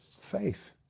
faith